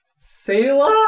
sailor